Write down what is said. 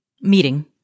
meeting